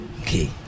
Okay